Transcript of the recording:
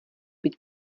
být